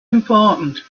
important